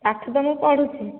ପାଠ ତ ମୁଁ ପଢ଼ୁଛି